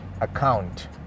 account